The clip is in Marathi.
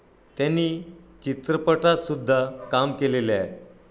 त्यांनी चित्रपटातसुद्धा काम केलेले आहे